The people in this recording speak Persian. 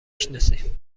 شناسی